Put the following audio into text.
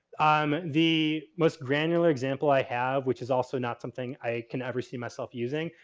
um the most granular example i have which is also not something i can ever see myself using.